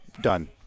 done